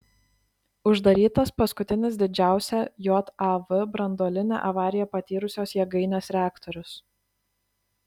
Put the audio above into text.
uždarytas paskutinis didžiausią jav branduolinę avariją patyrusios jėgainės reaktorius